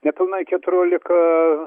nepilnai keturiolika